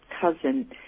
cousin